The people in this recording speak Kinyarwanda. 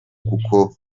kuko